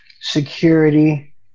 security